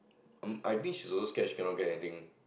um I think she's also scared she cannot get anything